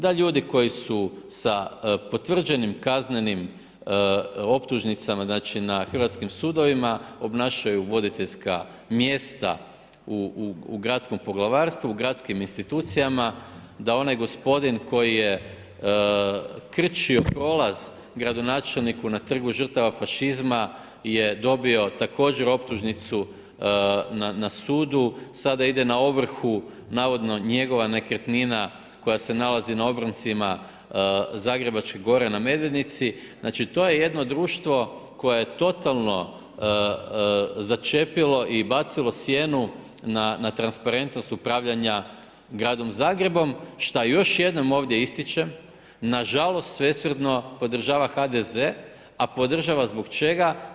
Da ljudi koji su sa potvrđenim kaznenim optužnicama, znači na hrvatskim sudovima, obnašaju voditeljska mjesta u gradskom Poglavarstvu, u gradskim institucijama, da onaj gospodin koji je krčio prolaz gradonačelniku na Trgu žrtava fašizma, je dobio također optužnicu na sudu, sada ide na ovrhu, navodno njegova nekretnina koja se nalazi na obroncima zagrebačke gore, na Medvednice, znači to je jedno društvo koje je totalno začepilo i bacilo sjenu na transparentnost upravljanja gradom Zagrebom, šta još jednom ovdje ističem, nažalost svesrdno podržava HDZ a podržava zbog čega?